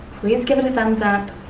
please give it a thumbs up.